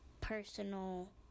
personal